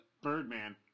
Birdman